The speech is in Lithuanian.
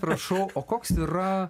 prašau o koks yra